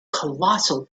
colossal